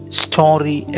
story